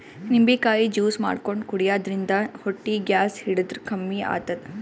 ನಿಂಬಿಕಾಯಿ ಜ್ಯೂಸ್ ಮಾಡ್ಕೊಂಡ್ ಕುಡ್ಯದ್ರಿನ್ದ ಹೊಟ್ಟಿ ಗ್ಯಾಸ್ ಹಿಡದ್ರ್ ಕಮ್ಮಿ ಆತದ್